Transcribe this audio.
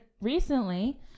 recently